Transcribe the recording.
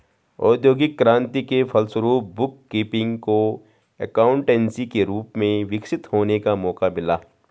औद्योगिक क्रांति के फलस्वरूप बुक कीपिंग को एकाउंटेंसी के रूप में विकसित होने का मौका मिला